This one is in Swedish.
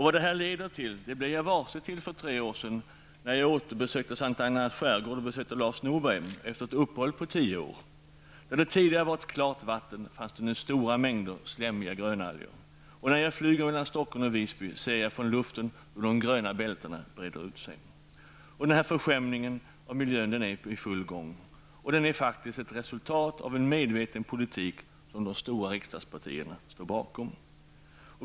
Vad detta leder till blev jag varse för tre år sedan då jag återbesökte S:t Annas skärgård och Lars Norberg efter ett uppehåll på tio år. Där det tidigare var ett klart vatten fanns det nu stora mängder slemmiga grönalger. När jag flyger mellan Stockholm och Visby ser jag från luften hur de gröna bältena breder ut sig. Förskämningen av miljön är i full gång. Den är ett resultat av en medveten politik som de stora riksdagspartierna står bakom.